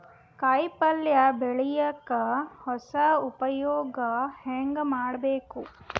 ಕಾಯಿ ಪಲ್ಯ ಬೆಳಿಯಕ ಹೊಸ ಉಪಯೊಗ ಹೆಂಗ ಮಾಡಬೇಕು?